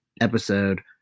episode